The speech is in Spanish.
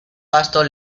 vasto